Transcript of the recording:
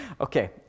Okay